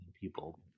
people